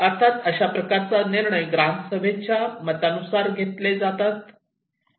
अर्थात अशा प्रकारचे निर्णय ग्रामसभेच्या मतानुसार घेतले जातात